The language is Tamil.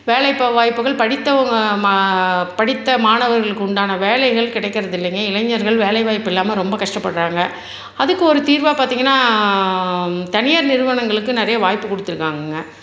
வேலை இப்போ வாய்ப்புகள் படித்தவங்கள் ம படித்த மாணவர்களுக்கு உண்டான வேலைகள் கிடைக்கிறதில்லைங்க இளைஞர்கள் வேலை வாய்ப்பில்லாமல் ரொம்ப கஷ்டப்படுறாங்க அதுக்கு ஒரு தீர்வாக பார்த்திங்கன்னா தனியார் நிறுவனங்களுக்கு நிறையா வாய்ப்பு கொடுத்துருக்காங்கங்க